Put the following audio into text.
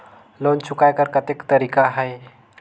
Loan चुकाय कर कतेक तरीका है?